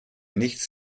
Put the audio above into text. nichts